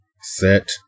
set